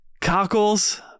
Cockles